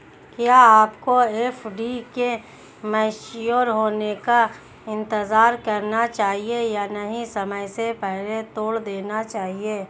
क्या आपको एफ.डी के मैच्योर होने का इंतज़ार करना चाहिए या उन्हें समय से पहले तोड़ देना चाहिए?